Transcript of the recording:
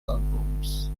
albums